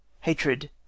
hatred